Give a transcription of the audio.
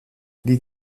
die